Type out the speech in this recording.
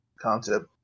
concept